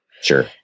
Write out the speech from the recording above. Sure